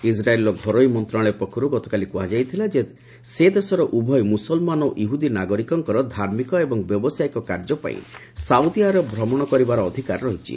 ଇସ୍ରାଏଲର ଘରୋଇ ମନ୍ତ୍ରଣାଳୟ ପକ୍ଷରୁ ଗତକାଲି କୁହାଯାଇଥିଲା ଯେ ସେ ଦେଶର ଉଭୟ ମୁସଲମାନ ଓ ଇହୁଦି ନାଗରିକଙ୍କର ଧାର୍ମିକ ଏବଂ ବ୍ୟବସାୟୀକ କାର୍ଯ୍ୟ ପାଇଁ ସାଉଦି ଆରବ ଭ୍ରମଣ କରିବାର ଅଧିକାର ରହିଛି